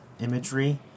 imagery